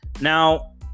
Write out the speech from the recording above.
Now